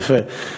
יפה.